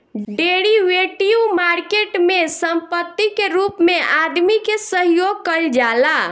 derivative market में संपत्ति के रूप में आदमी के सहयोग कईल जाला